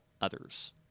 others